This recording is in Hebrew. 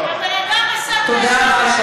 תודה רבה.